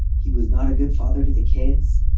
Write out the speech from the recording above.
he was not a good father to the kids.